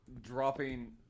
dropping